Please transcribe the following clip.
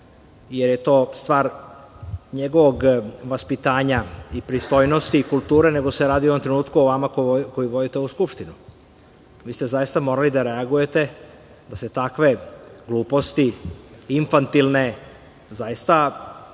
jer je to stvar njegovog vaspitanja, pristojnosti i kulture, nego se radi u ovom trenutku o vama koji vodite ovu Skupštinu. Vi ste zaista morali da reagujete da se takve gluposti infantilne zaista